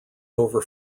over